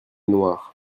noires